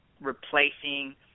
replacing